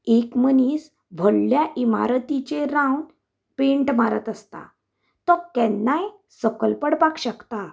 एक मनीस व्हडल्या इमारतीचेर रावन पेन्ट मारत आसता तो केन्नाय सकयल पडपाक शकता